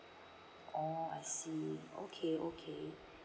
oh I see okay okay